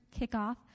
kickoff